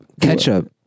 Ketchup